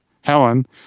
Helen